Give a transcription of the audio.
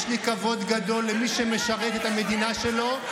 יש לי כבוד גדול למי שמשרת את המדינה שלו,